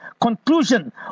conclusion